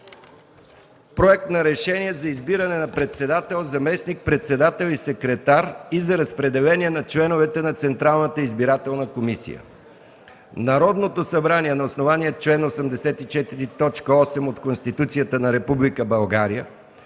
„Проект РЕШЕНИЕ за избиране на председател, заместник-председатели и секретар и за разпределение на членовете на Централната избирателна комисия Народното събрание на основание чл. 84, т. 8 от Конституцията на Република